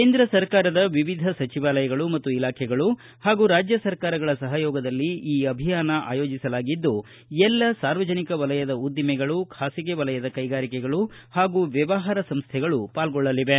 ಕೇಂದ್ರ ಸರ್ಕಾರದ ವಿವಿಧ ಸಚಿವಾಲಯಗಳು ಮತ್ತು ಇಲಾಖೆಗಳು ಹಾಗೂ ರಾಜ್ಯ ಸರ್ಕಾರಗಳ ಸಹಯೋಗದಲ್ಲಿ ಈ ಅಭಿಯಾನ ಆಯೋಜಿಸಲಾಗಿದ್ದು ಎಲ್ಲ ಸಾರ್ವಜನಿಕ ವಲಯದ ಉದ್ದಿಮೆಗಳು ಖಾಸಗಿ ವಲಯದ ಕೈಗಾರಿಕೆಗಳು ಪಾಗೂ ವ್ಯವಹಾರ ಸಂಸ್ಥೆಗಳು ಪಾಲ್ಗೊಳ್ಳಲಿವೆ